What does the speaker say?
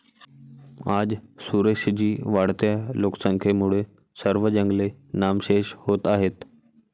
आज सुरेश जी, वाढत्या लोकसंख्येमुळे सर्व जंगले नामशेष होत आहेत